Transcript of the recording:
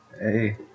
hey